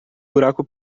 buraco